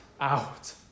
out